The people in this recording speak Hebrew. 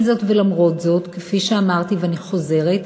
עם זאת, ולמרות זאת, כפי שאמרתי ואני חוזרת,